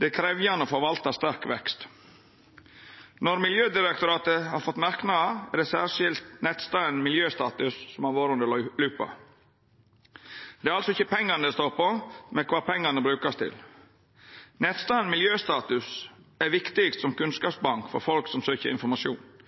Det er krevjande å forvalta sterk vekst. Når Miljødirektoratet har fått merknader, er det særskilt nettstaden Miljøstatus som har vore under lupa. Det er altså ikkje pengane det står på, men kva pengane vert brukte til. Nettstaden Miljøstatus er viktig som